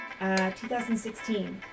2016